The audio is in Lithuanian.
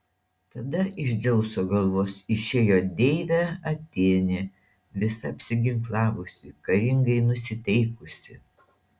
tada iš dzeuso galvos išėjo deivė atėnė visa apsiginklavusi karingai nusiteikusi